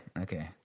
okay